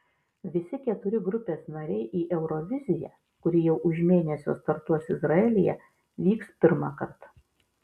visi keturi grupės nariai į euroviziją kuri jau už mėnesio startuos izraelyje vyks pirmąkart